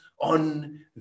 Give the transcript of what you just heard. on